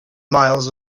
miles